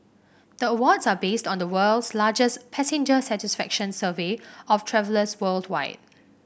the awards are based on the world's largest passenger satisfaction survey of travellers worldwide